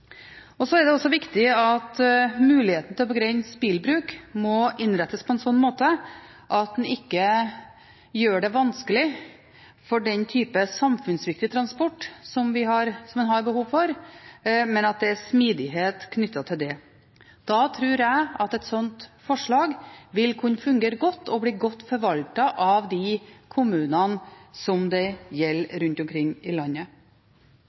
Så er det også viktig at muligheten til å begrense bilbruk må innrettes slik at en ikke gjør det vanskelig for den type samfunnsviktig transport som en har behov for, men at det er smidighet knyttet til det. Da tror jeg at et slikt forslag vil kunne fungere godt og bli godt forvaltet av de kommunene som det gjelder, rundt omkring i landet.